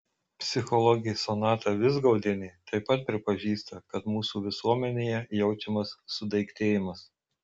psichologė sonata vizgaudienė taip pat pripažįsta kad mūsų visuomenėje jaučiamas sudaiktėjimas